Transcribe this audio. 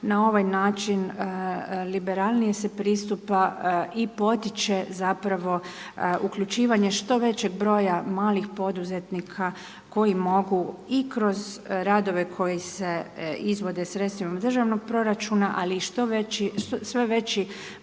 Na ovaj način liberalnije se pristupa i potiče zapravo uključivanje što većeg broja malih poduzetnika koji mogu i kroz radove koji se izvode sredstvima iz državnog proračuna ali i sve veći